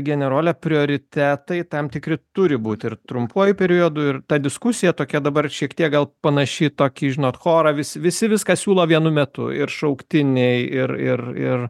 generole prioritetai tam tikri turi būti ir trumpuoju periodu ir ta diskusija tokia dabar šiek tiek gal panaši į tokį žinot chorą vis visi viską siūlo vienu metu ir šauktiniai ir ir ir